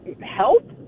help